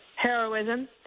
heroism